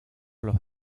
los